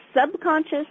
subconscious